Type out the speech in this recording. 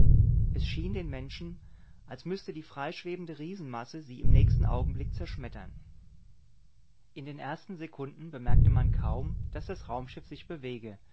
es schien den menschen als müßte die freischwebende riesenmasse sie im nächsten augenblick zerschmettern in den ersten sekunden bemerkte man kaum daß das raumschiff sich bewege